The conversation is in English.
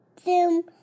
zoom